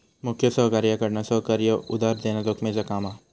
मुख्य सहकार्याकडना सहकार्याक उधार देना जोखमेचा काम हा